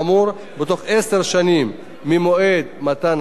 בתוך עשר שנים ממועד מתן ההיתר,